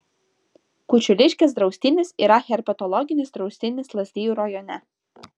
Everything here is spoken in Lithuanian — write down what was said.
kučiuliškės draustinis yra herpetologinis draustinis lazdijų rajone